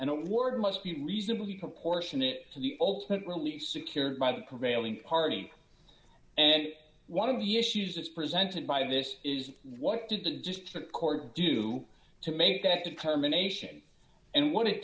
award must be reasonably proportionate to the ultimate relief secured by the prevailing party and one of the issues as presented by this is what did the district court do to make that determination and what it